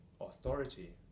authority